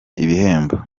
ibihembo